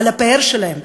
על הפאר שלהן,